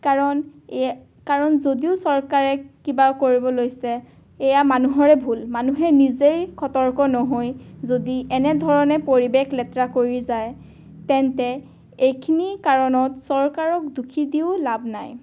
কাৰণ এ কাৰণ যদিও চৰকাৰে কিবা কৰিব লৈছে এয়া মানুহৰে ভুল মানুহে নিজেই সতৰ্ক নহৈ যদি এনেধৰণে পৰিৱেশ লেতৰা কৰি যায় তেন্তে এইখিনি কাৰণত চৰকাৰক দুখী দিও লাভ নাই